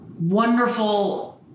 wonderful